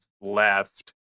left